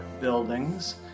buildings